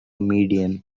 median